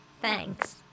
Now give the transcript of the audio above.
thanks